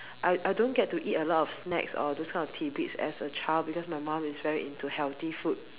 I I don't get to eat a lot of snacks or those kind of tidbits as a child because my mum is very into healthy food